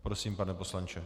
Prosím, pane poslanče.